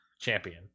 champion